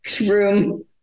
room